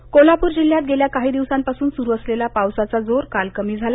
पाऊसः कोल्हापूर जिल्ह्यात गेल्या काही दिवसांपासून सुरु असलेला पावसाचा जोर काल कमी झाला